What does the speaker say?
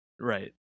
Right